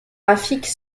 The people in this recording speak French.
graphique